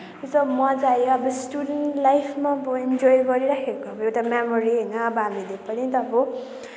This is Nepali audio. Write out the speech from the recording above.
मज्जा आयो अब स्टुडेन्ट लाइफमा अब इन्जोई गरिरहेको अब एउटा मेमोरी होइन अब हामीले पनि त अब